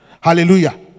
hallelujah